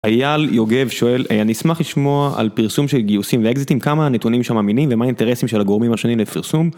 אייל יוגב שואל, אני אשמח לשמוע על פרסום של גיוסים ואקזיטים, כמה הנתונים שם אמינים ומה האינטרסים של הגורמים השונים לפרסום?